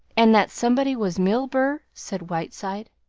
and that somebody was milburgh? said whiteside.